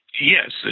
Yes